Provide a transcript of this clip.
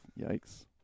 Yikes